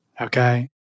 okay